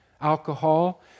alcohol